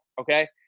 Okay